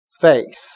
faith